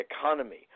economy